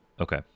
Okay